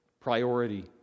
priority